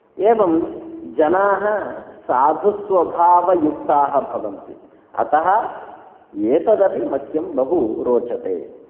एवं जनाः साधुस्वभावयुक्ताः भवन्ति अतः एतदपि मह्यं बहु रोचते